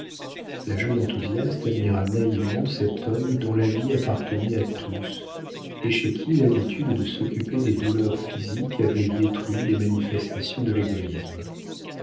la jeune enthousiaste admira naïvement cet homme dont la vie appartenait à tous et chez qui l'habitude de s'occuper des douleurs physiques avait détruit les manifestations de l'égoïsme